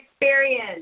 experience